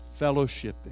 fellowshipping